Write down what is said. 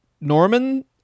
Norman